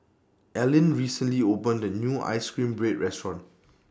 Alline recently opened A New Ice Cream Bread Restaurant